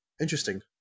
interesting